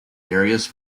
darius